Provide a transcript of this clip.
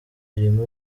irimo